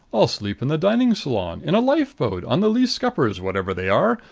i'll sleep in the dining saloon, in a lifeboat, on the lee scuppers whatever they are.